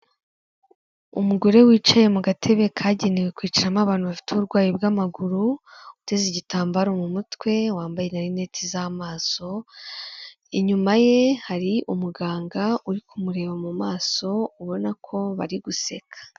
Umugore wicaye mu gatebe kagenewe kwicaramo abantu bafite uburwayi bw'amaguru, uteze igitambaro mu mutwe, wambaye na rinete z'amaso, inyuma ye hari umuganga uri kumureba mu maso, ubona ko bari guseka.